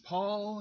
Paul